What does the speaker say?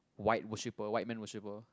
white worshipper white man worshipper